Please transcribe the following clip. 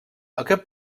aquest